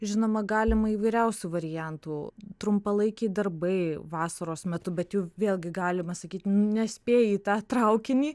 žinoma galima įvairiausių variantų trumpalaikiai darbai vasaros metu bet jau vėlgi galima sakyti nespėji į tą traukinį